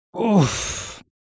Oof